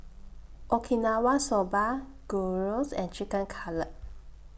Okinawa Soba Gyros and Chicken Cutlet